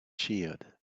cheered